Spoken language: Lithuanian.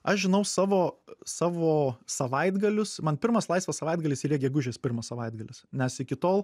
aš žinau savo savo savaitgalius man pirmas laisvas savaitgalis yra gegužės pirmas savaitgalis nes iki tol